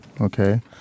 Okay